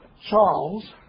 Charles